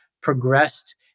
progressed